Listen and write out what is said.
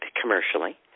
commercially